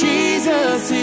Jesus